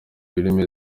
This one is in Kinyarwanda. birimo